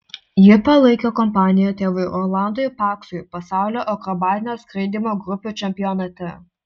ji palaikė kompaniją tėvui rolandui paksui pasaulio akrobatinio skraidymo grupių čempionate